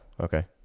Okay